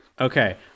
Okay